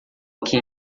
aqui